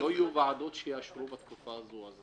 לא יהיו ועדות שיאשרו בתקופה הזו.